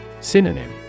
Synonym